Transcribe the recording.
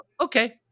Okay